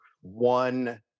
one